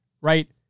right